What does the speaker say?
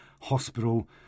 hospital